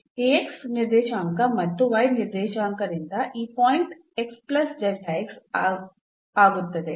ಈ x ನಿರ್ದೇಶಾಂಕ ಮತ್ತು y ನಿರ್ದೇಶಾಂಕದಿಂದಾಗಿ ಈ ಪಾಯಿಂಟ್ ಆಗುತ್ತದೆ